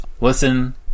listen